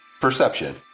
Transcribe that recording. Perception